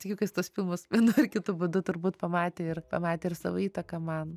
tikiu kad jis tuos filmus vienu ar kitu būdu turbūt pamatė ir pamatė ir savo įtaką man